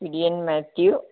Kurian Mathew